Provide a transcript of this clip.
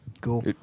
Cool